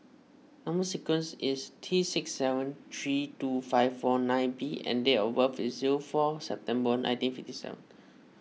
Number Sequence is T six seven three two five four nine B and date of birth is zero four September nineteen fifty seven